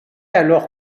alors